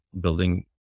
building